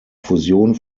fusion